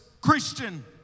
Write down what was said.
Christian